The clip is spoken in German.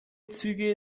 züge